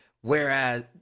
whereas